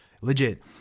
Legit